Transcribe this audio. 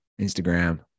Instagram